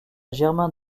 germain